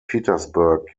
petersburg